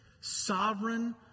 sovereign